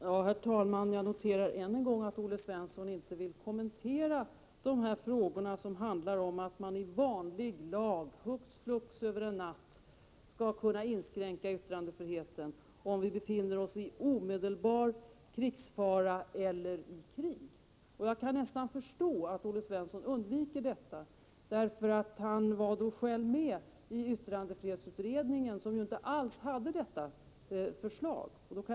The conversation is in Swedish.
Herr talman! Jag noterar än en gång att Olle Svensson inte vill kommentera de förslag som innebar att man i vanlig lag hux flux över en natt skulle kunna inskränka yttrandefriheten, om vi befinner oss i omedelbar krigsfara eller i krig. Jag kan nästan förstå att Olle Svensson undviker denna fråga. Han var själv med i yttrandefrihetsutredningen, som inte alls hade detta förslag.